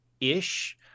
ish